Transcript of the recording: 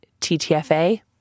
ttfa